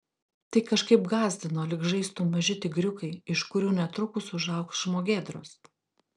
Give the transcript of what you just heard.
tai kažkaip gąsdino lyg žaistų maži tigriukai iš kurių netrukus užaugs žmogėdros